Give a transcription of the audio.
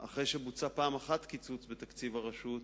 ואחרי שבוצע קיצוץ פעם אחת בתקציב הרשות,